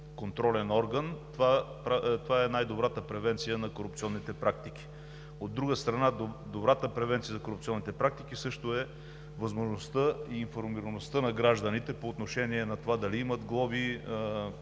контролен орган. Това е най-добрата превенция на корупционните практики. От друга страна, добрата превенция за корупционните практики също е възможността и информираността на гражданите по отношение на това дали имат глоби,